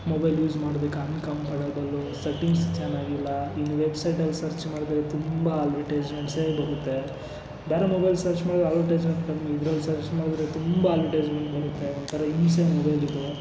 mobile use ಮಾಡೋದಕ್ಕೆ uncomfortable settings ಚೆನ್ನಾಗಿಲ್ಲ ಇನ್ನು ವೆಬ್ಸೈಟಲ್ಲಿ ಸರ್ಚ್ ಮಾಡಿದರೆ ತುಂಬ ಅಡ್ವರ್ಟೈಸ್ಮೆಂಟ್ಸೆ ಬರುತ್ತೆ ಬ್ಯಾರೆ ಮೊಬೈಲಲ್ಲಿ ಸರ್ಚ್ ಮಾಡಿದರೆ ಅಡ್ವರ್ಟೈಸ್ಮೆಂಟ್ ಕಮ್ಮಿ ಇದ್ರಲ್ಲಿ ಸರ್ಚ್ ಮಾಡಿದರೆ ತುಂಬ ಅಡ್ವರ್ಟೈಸ್ಮೆಂಟ್ ಬರುತ್ತೆ ಒಂಥರ ಹಿಂಸೆ ಮೊಬೈಲ್ ಇದು